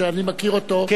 כפי שאני מכיר אותו,